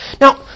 Now